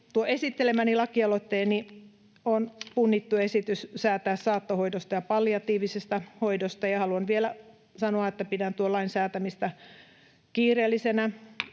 esittelemäni lakialoitteeni on punnittu esitys säätää saattohoidosta ja palliatiivisesta hoidosta, ja haluan vielä sanoa, että pidän tuon lain säätämistä kiireellisenä.